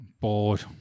Bored